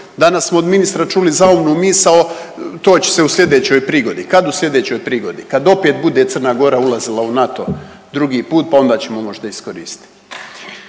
Danas smo od ministra čuli zaumnu misao to će se u slijedećoj prigodi, kad u slijedećoj prigodi, kad opet bude Crna Gora ulazila u NATO drugi put, pa onda ćemo možda iskoristiti.